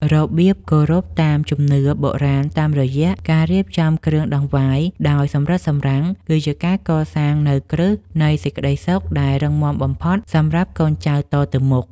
របៀបគោរពតាមជំនឿបុរាណតាមរយៈការរៀបចំគ្រឿងដង្វាយដោយសម្រិតសម្រាំងគឺជាការកសាងនូវគ្រឹះនៃសេចក្តីសុខដែលរឹងមាំបំផុតសម្រាប់កូនចៅតទៅមុខ។